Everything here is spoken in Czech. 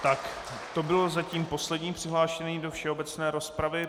Tak to byl zatím poslední přihlášený do všeobecné rozpravy.